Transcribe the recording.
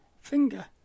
finger